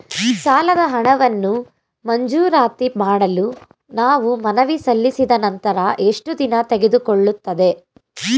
ಸಾಲದ ಹಣವನ್ನು ಮಂಜೂರಾತಿ ಮಾಡಲು ನಾವು ಮನವಿ ಸಲ್ಲಿಸಿದ ನಂತರ ಎಷ್ಟು ದಿನ ತೆಗೆದುಕೊಳ್ಳುತ್ತದೆ?